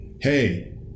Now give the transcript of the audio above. Hey